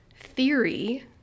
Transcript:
theory